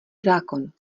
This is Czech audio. zákon